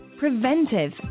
preventive